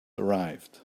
arrived